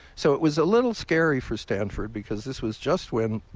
so it was a little scary for stanford because this was just when